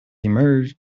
emerged